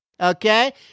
okay